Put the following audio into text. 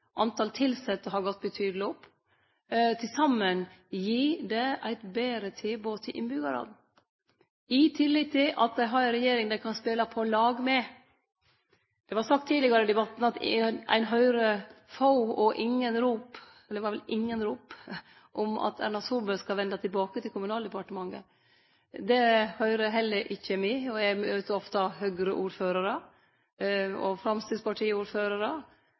tilsette har gått betydeleg opp. Til saman gir det eit betre tilbod til innbyggjarane, i tillegg til at dei har ei regjering dei kan spele på lag med. Det var sagt tidlegare i debatten at ein høyrer få eller ingen rop – det var vel ingen rop – om at Erna Solberg skal vende tilbake til Kommunaldepartementet. Det høyrer heller ikkje me. Eg møter ofte Høgre-ordførarar, Framstegsparti-ordførarar, Kristeleg Folkeparti-ordførarar og